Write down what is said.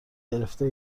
گرفته